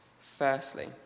firstly